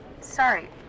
Sorry